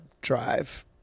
drive